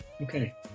Okay